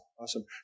awesome